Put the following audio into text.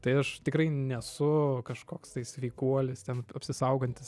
tai aš tikrai nesu kažkoks tai sveikuolis ten apsisaugantis